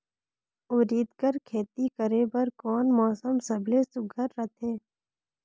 उरीद कर खेती करे बर कोन मौसम सबले सुघ्घर रहथे?